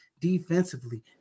Defensively